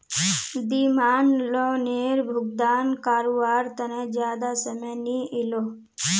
demand लोअनेर भुगतान कारवार तने ज्यादा समय नि इलोह